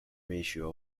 ratio